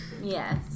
Yes